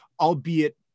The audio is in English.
albeit